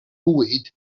bwyd